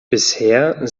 bisher